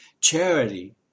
Charity